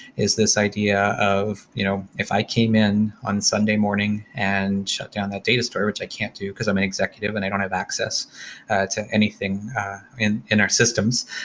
is this idea of you know if i came in on sunday morning and shut down that data store, which i can't do because i'm an executive and i don't have access to anything in in our systems.